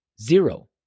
zero